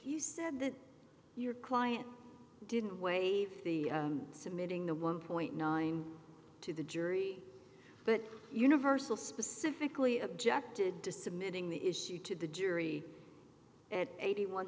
he said that your client didn't waive the submitting a one point nine to the jury but universal specifically objected to submitting the issue to the jury at eighty one